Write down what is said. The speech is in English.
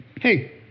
Hey